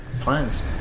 plans